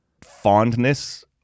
fondness